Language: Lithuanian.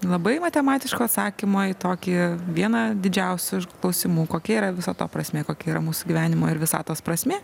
labai matematiško atsakymo į tokį vieną didžiausių klausimų kokia yra viso to prasmė kokia yra mūsų gyvenimo ir visatos prasmė